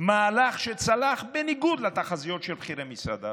מהלך שצלח בניגוד לתחזיות של בכירי משרד הבריאות.